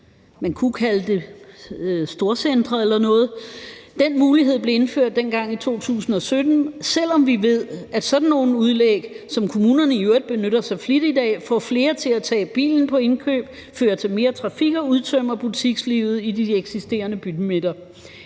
Man kunne kalde det storcentre eller noget. Den mulighed blev indført dengang i 2017, selv om vi ved, at sådan nogle udlæg, som kommunerne i øvrigt benytter sig flittigt af, får flere til at tage bilen på indkøb, fører til mere trafik og udtømmer butikslivet i de eksisterende bymidter.